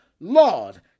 Lord